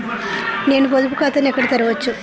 నేను పొదుపు ఖాతాను ఎక్కడ తెరవచ్చు?